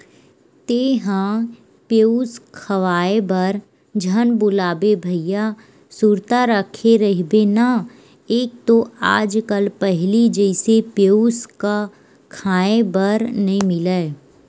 तेंहा पेयूस खवाए बर झन भुलाबे भइया सुरता रखे रहिबे ना एक तो आज कल पहिली जइसे पेयूस क खांय बर नइ मिलय